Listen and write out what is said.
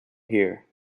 here